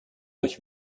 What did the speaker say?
durch